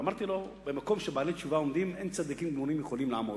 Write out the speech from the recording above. אמרתי לו: במקום שבעלי תשובה עומדים אין צדיקים גמורים יכולים לעמוד.